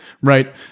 right